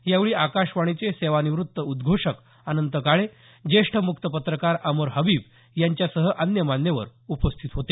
यावेळी आकाशवाणीचे सेवानिवृत्त उद्घोषक अनंत काळे जेष्ठ मुक्त पत्रकार अमर हबीब यांच्यासह अन्य मान्यवर उपस्थित होते